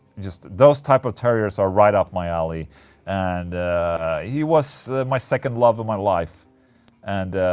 just. those type of terriers are right up my alley and he was my second love of my life and.